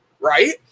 right